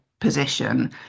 position